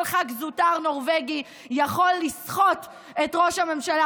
כל ח"כ זוטר נורבגי יכול לסחוט את ראש הממשלה.